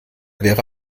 wäre